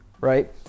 right